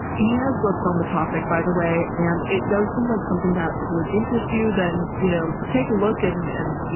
he has books on the topic by the way. and it does seem like something that would interest you, then, you know, take a look and, and you